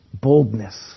Boldness